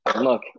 look